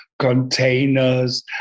containers